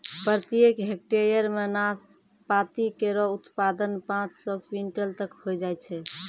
प्रत्येक हेक्टेयर म नाशपाती केरो उत्पादन पांच सौ क्विंटल तक होय जाय छै